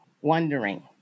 wondering